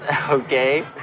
Okay